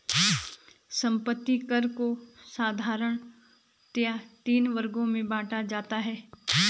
संपत्ति कर को साधारणतया तीन वर्गों में बांटा जाता है